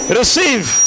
receive